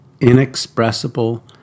inexpressible